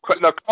No